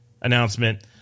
announcement